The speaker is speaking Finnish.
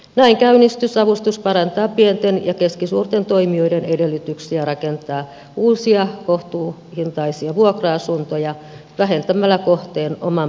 näin käynnistysavustus parantaa pienten ja keskisuurten toimijoiden edellytyksiä rakentaa uusia kohtuuhintaisia vuokra asuntoja vähentämällä kohteen oman pääoman tarvetta